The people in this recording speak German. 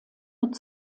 mit